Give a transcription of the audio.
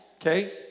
okay